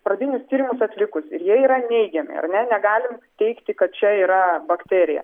pradinius tyrimus atlikus ir jie yra neigiami ar ne negalim teigti kad čia yra bakterija